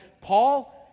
Paul